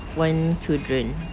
one children